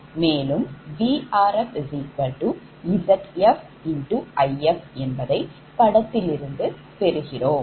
மேலும்VrfZfIfஎன்பதை படத்தில் இருந்து பெறுகிறோம்